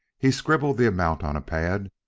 he scribbled the amount on a pad,